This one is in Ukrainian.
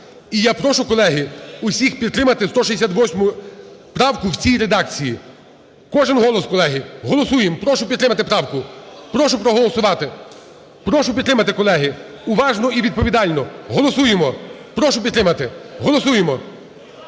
І я прошу, колеги, всіх підтримати 168 правку в цій редакції. Кожен голос, колеги, голосуємо. Прошу підтримати правку, прошу проголосувати. Прошу підтримати, колеги, уважно і відповідально. Голосуємо. Прошу підтримати. Голосуємо.